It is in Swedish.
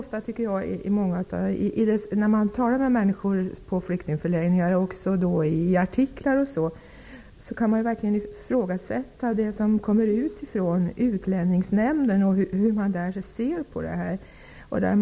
När man talar med människor på flyktingförläggningar och när man läser artiklar om detta kan man verkligen ifrågasätta uttalandena från Utlänningsnämnden och Utlänningsnämndens syn på de här frågorna.